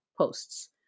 posts